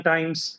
Times